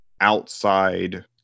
outside